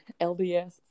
LDS